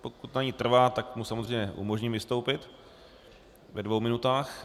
Pokud na ní trvá, tak mu samozřejmě umožním vystoupit ve dvou minutách.